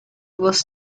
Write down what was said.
was